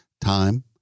time